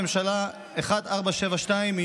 מ/1472,